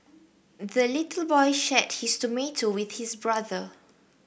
the little boy shared his tomato with his brother